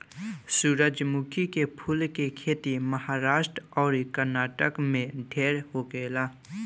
सूरजमुखी के फूल के खेती महाराष्ट्र अउरी कर्नाटक में ढेर होखेला